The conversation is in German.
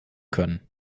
können